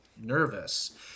nervous